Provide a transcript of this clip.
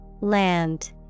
Land